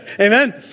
Amen